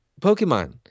Pokemon